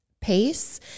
pace